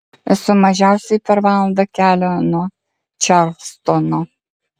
esu mažiausiai per valandą kelio nuo čarlstono